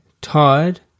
Tired